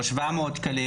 או 700 ₪,